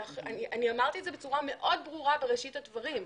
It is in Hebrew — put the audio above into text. אני אמרתי את זה בצורה מאוד ברורה בראשית הדברים.